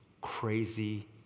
crazy